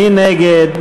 מי נגד?